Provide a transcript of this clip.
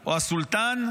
או הסולטן,